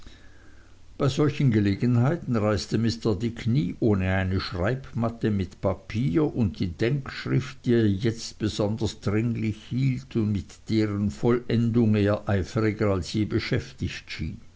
bei solchen gelegenheiten reiste mr dick nie ohne eine schreibmappe mit papier und die denkschrift die er jetzt besonders dringlich hielt und mit deren vollendung er eifriger als je beschäftigt schien